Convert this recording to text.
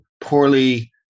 poorly